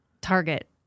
Target